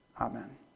Amen